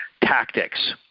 tactics